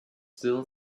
still